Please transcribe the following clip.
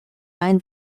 rhine